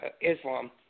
Islam